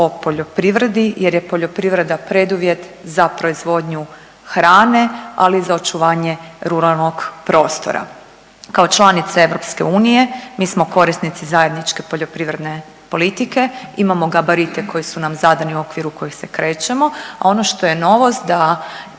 o poljoprivredi jer je poljoprivreda preduvjet za proizvodnju hrane ali i za očuvanje ruralnog prostora. Kao članica EU mi smo korisnici zajedničke poljoprivredne politike, imamo gabarite koji su nam zadani u okviru kojih se krećemo. A ono što je novost da